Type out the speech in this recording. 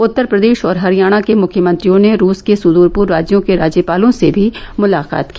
उत्तर प्रदेश और हरियाणा के मुख्यमंत्रियों ने रूस के सुदूर पूर्व राज्यों के राज्यपालों से भी मुलाकात की